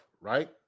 right